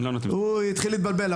הוא התחיל להתבלבל.